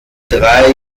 drei